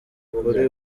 kuri